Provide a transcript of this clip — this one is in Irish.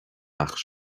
acht